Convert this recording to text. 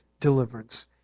deliverance